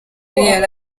yari